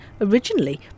originally